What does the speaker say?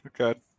Okay